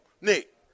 Nick